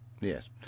Yes